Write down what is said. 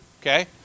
Okay